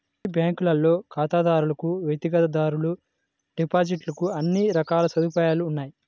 ఈ బ్యాంకులో ఖాతాదారులకు వ్యక్తిగత రుణాలు, డిపాజిట్ కు అన్ని రకాల సదుపాయాలు ఉన్నాయి